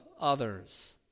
others